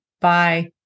Bye